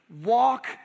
walk